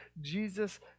Jesus